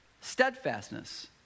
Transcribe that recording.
steadfastness